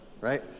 Right